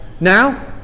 now